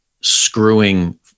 screwing